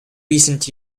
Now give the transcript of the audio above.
recent